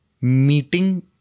meeting